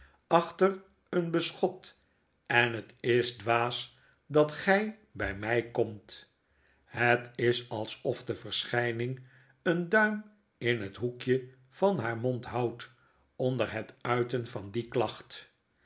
achter een beschot en het is dwaas dat gy bij my komtl het is alsof de verschflning een duim in het hoekje van haar mond houdt onder het uiten van die klacht